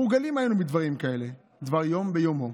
מורגלים היינו בדברים כאלה כדבר יום ביומו,